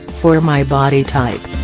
for my body type.